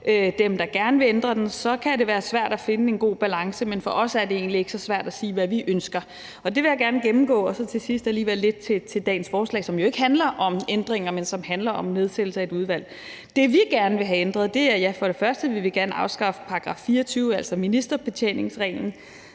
dem, der gerne vil ændre den. Så kan det være svært at finde en god balance. Men for os er det egentlig ikke så svært at sige, hvad vi ønsker. Det vil jeg gerne gennemgå og så til sidst alligevel sige lidt om dagens forslag, som jo ikke handler om ændringer, men som handler om nedsættelse af et udvalg. Det, vi gerne vil have ændret, er, at for det første vil vi gerne afskaffe § 24, altså ministerbetjeningsreglen,